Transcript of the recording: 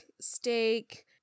steak